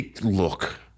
look